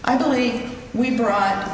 i believe we brought up